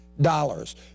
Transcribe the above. dollars